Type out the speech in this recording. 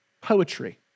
poetry